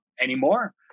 anymore